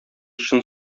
чын